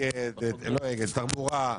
תחבורה,